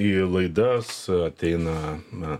į laidas ateina na